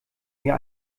mir